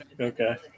Okay